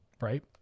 right